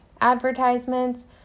advertisements